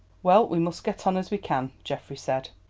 well, we must get on as we can, geoffrey said.